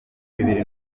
bibiri